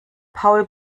paul